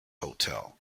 hotel